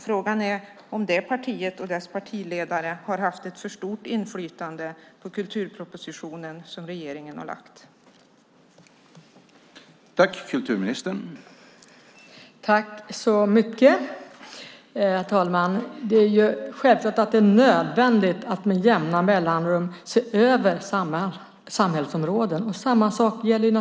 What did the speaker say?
Frågan är om det partiet och dess partiledare har haft för stort inflytande på den kulturproposition som regeringen har lagt fram.